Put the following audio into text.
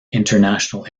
international